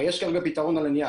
הרי יש כרגע פתרון על הנייר,